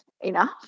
enough